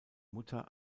mutter